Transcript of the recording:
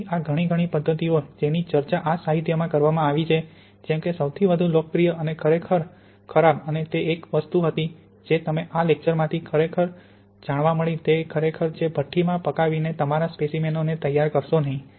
તેથી આ ઘણી ઘણી પદ્ધતિઓ જેની ચર્ચા આ સાહિત્યમાં કરવામાં આવી છે જેમકે સૌથી વધુ લોકપ્રિય અને ખરેખર ખરાબ અને તે એક વસ્તુ હતી જે તમે આ લેક્ચરથી માથી ખરેખર જાળવા મળી તે ખરેખર છે ભઠ્ઠી માં પકાવીને તમારા સ્પેસીમેનોને તૈયાર કરશો નહીં